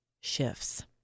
shifts